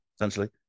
essentially